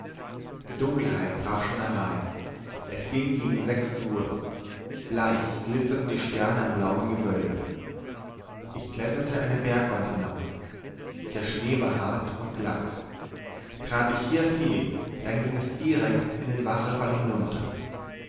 die dunkelheit brach schon herein es ging gegen sechs uhr bleich glitzerten die sterne am blauen gewölbe ich kletterte eine bergwand hinauf der schnee war hart und glatt trat ich hier fehl dann ging es direkt in den wasserfall hinunter